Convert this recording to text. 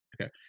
okay